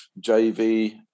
JV